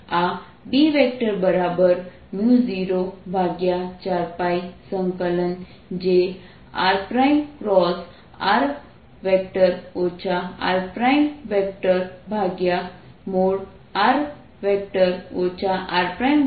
આ B04πjr×r rr r3dVછે